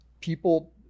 people